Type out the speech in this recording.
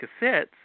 cassettes